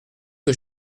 que